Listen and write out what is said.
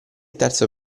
terzo